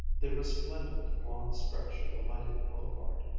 the resplendent long stretch of the lighted boulevard.